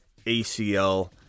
ACL